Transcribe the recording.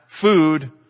food